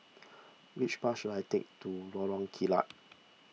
which bus should I take to Lorong Kilat